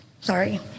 Sorry